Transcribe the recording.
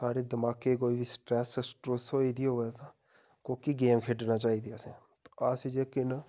साढ़ी दमाकै गी कोई बी स्ट्रैस स्ट्रुस होई दी होऐ तां कोह्की गेम खेढनी चाहिदी असें ते अस जेह्के न